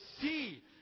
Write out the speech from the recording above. see